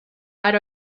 right